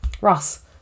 Ross